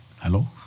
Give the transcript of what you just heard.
Hello